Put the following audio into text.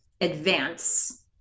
advance